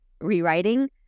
rewriting